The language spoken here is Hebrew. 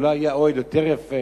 אולי היה אוהל יותר יפה,